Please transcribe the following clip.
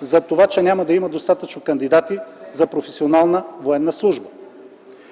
за това, че няма да има достатъчно кандидати за професионална военна служба.